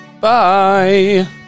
Bye